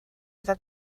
iddo